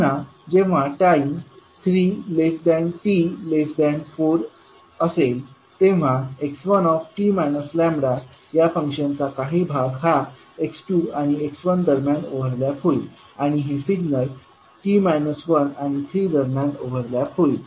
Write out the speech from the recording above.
पुन्हा जेव्हा टाईम हा 3t4 असेल म्हणजे x1 या फंक्शनचा काही भाग हा x2आणि x1 दरम्यान ओव्हरलॅप होईल आणि हे सिग्नल आणि 3 दरम्यान ओव्हरलॅप होईल